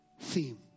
theme